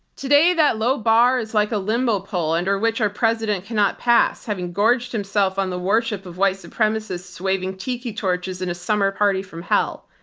today that low bar is like a limbo pole under which our president cannot pass, having gorged himself on the worship of white supremacists waving tiki torches in a summer party from hell.